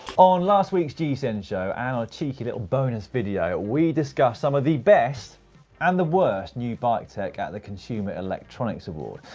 on last week's gcn show, on and our cheeky little bonus video, we discuss some of the best and the worst new bike tech at the consumer electronic's awards.